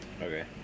Okay